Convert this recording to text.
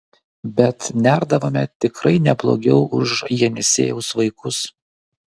bet nerdavome tikrai neblogiau už jenisejaus vaikus